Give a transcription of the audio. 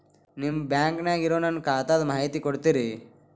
ನಿಮ್ಮ ಬ್ಯಾಂಕನ್ಯಾಗ ಇರೊ ನನ್ನ ಖಾತಾದ ಮಾಹಿತಿ ಕೊಡ್ತೇರಿ?